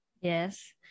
Yes